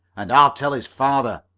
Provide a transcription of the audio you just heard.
and i'll tell his father,